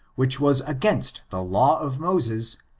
which was against the law of moses,